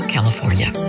California